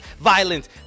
violence